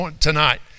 tonight